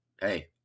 hey